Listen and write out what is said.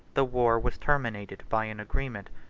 the war was terminated by an agreement,